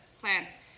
plants